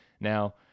Now